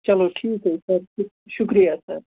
چلو ٹھیٖک حظ چھِ سَر شُکریہ سَر